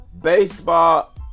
baseball